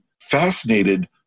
fascinated